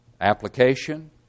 application